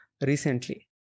recently